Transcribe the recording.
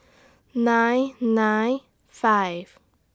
nine nine five